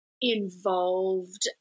involved